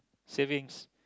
savings